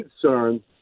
concern